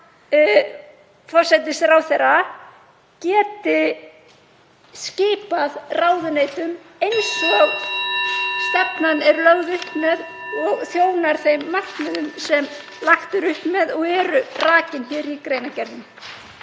vera að forsætisráðherra geti skipað ráðuneytum eins og stefnan er lögð upp og þjónar þeim markmiðum sem lagt er upp með og eru rakin í greinargerðinni.